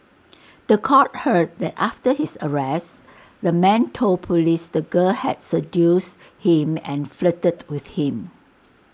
The Court heard that after his arrest the man told Police the girl had seduced him and flirted with him